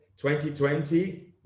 2020